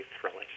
thrilling